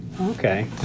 okay